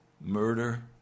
murder